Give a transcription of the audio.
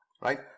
right